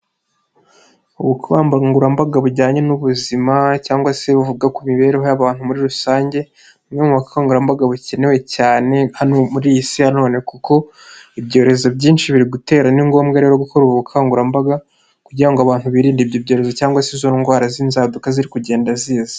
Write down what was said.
Ubukangurambaga bujyanye n'ubuzima cyangwa se buvuga ku mibereho y'abantu muri rusange, bumwe mu bakangurambaga bukenewe cyane hano muri iyi isi ya none kuko, ibyorezo byinshi biri gutera ni ngombwa rero gukora ubu bukangurambaga, kugira ngo abantu birinde ibyo byorezo cyangwa se izo ndwara z'inzaduka ziri kugenda ziza.